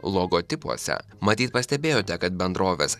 logotipuose matyt pastebėjote kad bendrovės